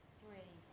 three